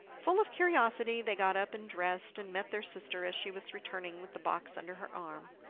full of curiosity they got up and dressed, and met their sister as she was returning with the box under her arm.